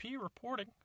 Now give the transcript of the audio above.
reporting